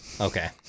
okay